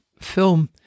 film